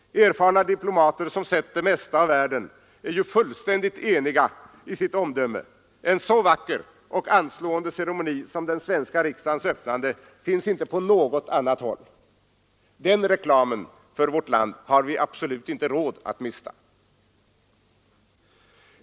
Erfarna diplomater som sett det mesta av världen är fullständigt eniga i sitt omdöme: en så vacker och anslående ceremoni som den svenska riksdagens öppnande finns inte på något annat håll. Den reklamen för vårt land har vi absolut inte råd att mista.